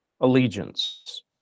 allegiance